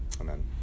Amen